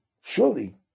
surely